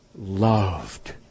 loved